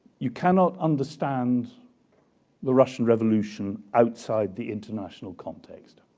you cannot understand the russian revolution outside the international context.